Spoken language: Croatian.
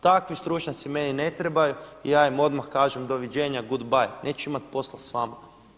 Takvi stručnjaci meni ne trebaju i ja im odmah kažem doviđenja, good by, neću imat posla sa vama.